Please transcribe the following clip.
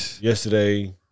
Yesterday